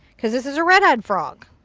because this is a red eyed frog.